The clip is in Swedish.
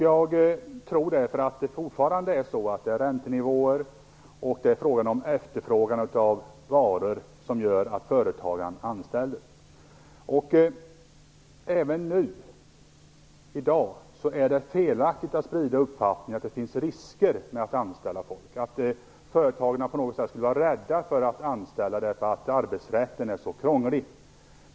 Jag tror därför att det fortfarande är räntenivåer och efterfrågan på varor som gör att företagare anställer. Även i dag är det felaktigt att sprida uppfattningen att det finns risker med att anställa folk, att företagen på något sätt skulle vara rädda för att anställa därför att arbetsrätten är så krånglig.